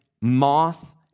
moth